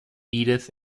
edith